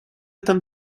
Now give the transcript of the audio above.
там